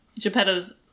Geppetto's